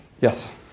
Yes